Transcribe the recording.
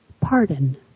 pardon